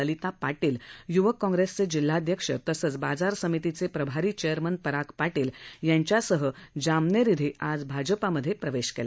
ललिता पाटील यूवक काँग्रेसचे जिल्हाध्यक्ष तथा बाजार समिती प्रभारी चेअरमन पराग पाटील यांच्यासह जामनेर धिं आज भाजपात प्रवेश केला